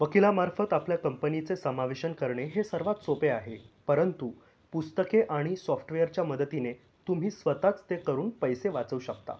वकिलामार्फत आपल्या कंपनीचं समावेशन करणे हे सर्वात सोपे आहे परंतु पुस्तके आणि सॉफ्टवेअरच्या मदतीने तुम्ही स्वतःच ते करून पैसे वाचवू शकता